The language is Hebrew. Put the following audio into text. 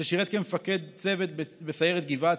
ששירת כמפקד צוות בסיירת גבעתי,